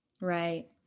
Right